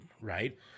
right